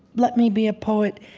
let me be a poet.